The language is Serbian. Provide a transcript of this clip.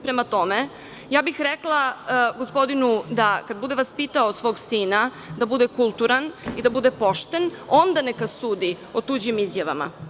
Prema tome, ja bih rekla gospodinu da kada bude vaspitao svog sina da bude kulturan i da bude pošten, pa onda neka sudi o tuđim izjavama.